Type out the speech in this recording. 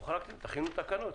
הוחרגתם, תכינו תקנות.